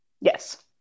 Yes